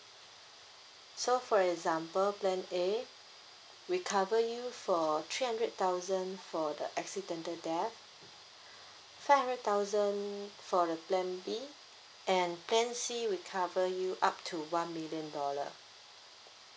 so for example plan A we cover you for three hundred thousand for the accidental death five hundred thousand for the plan B and plan C we cover you up to one million dollar